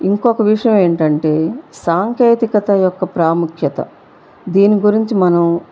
ఇంకొక విషయం ఏంటంటే సాంకేతికత యొక్క ప్రాముఖ్యత దీని గురించి మనం